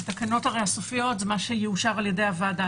התקנות הסופיות זה מה שיאושר על ידי הוועדה.